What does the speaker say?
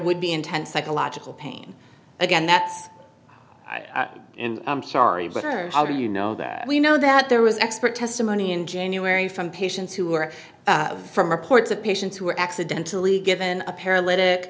would be intense psychological pain again that's sorry but her how do you know that we know that there was expert testimony in january from patients who are from reports of patients who were accidentally given a para